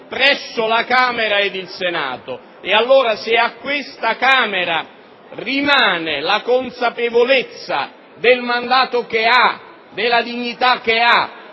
presso la Camera e il Senato. Allora, se a questa Camera rimane la consapevolezza del suo mandato, della sua dignità e